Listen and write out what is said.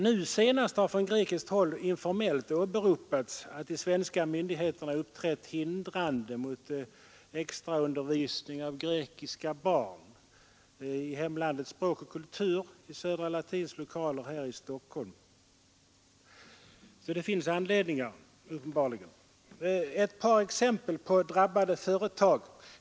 Nu senast har man från grekiskt håll informellt åberopat att de svenska myndigheterna uppträtt hindrande mot extraundervisning för grekiska barn i hemlandets språk och kultur i Södra latins lokaler här i Stockholm. Så uppenbarligen finns det anledningar. Jag vill ge ett par exempel på drabbade företag.